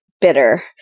bitter